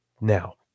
Now